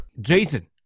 Jason